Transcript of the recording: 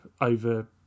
over